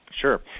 Sure